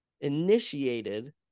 initiated